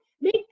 Make